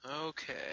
Okay